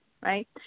Right